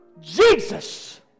Jesus